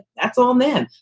that's all. men.